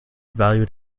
valued